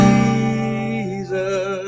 Jesus